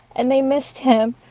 and they missed him,